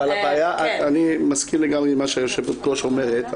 אני מסכים לגמרי עם מה שהיושבת-ראש אומרת,